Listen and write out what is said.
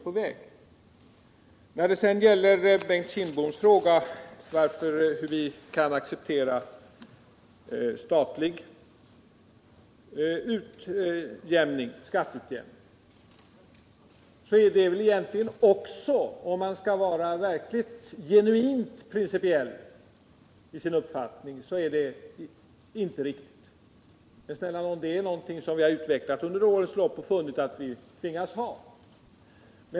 På Bengt Kindboms fråga varför vi kan acceptera statlig skatteutjämning vill jag svara att ett sådant system inte heller är riktigt, om man skall vara verkligt, genuint principiell i sin uppfattning. Men snälla nån —- det är någonting som vi har utvecklat under åren och funnit att vi tvingas ha.